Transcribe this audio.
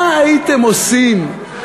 מה הייתם עושים?